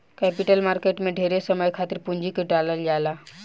capital market में ढेरे समय खातिर पूंजी के डालल जाला